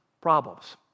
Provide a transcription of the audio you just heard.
problems